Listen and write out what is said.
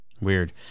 Weird